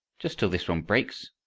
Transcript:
just till this one breaks,